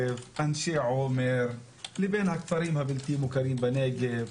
אנשי עומר ונהריה לבין הכפרים הבלתי מוכרים בנגב.